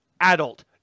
adult